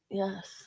yes